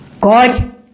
God